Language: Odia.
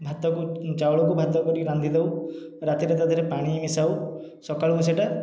ଭାତକୁ ଚାଉଳକୁ ଭାତ କରି ରାନ୍ଧି ଦେଉ ରାତିରେ ତା' ଦେହରେ ପାଣି ମିଶାଉ ସକାଳକୁ ସେଇଟା